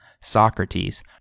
Socrates